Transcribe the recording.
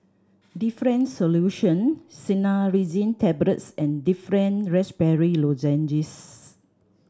Difflam Solution Cinnarizine Tablets and Difflam Raspberry Lozenges